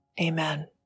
amen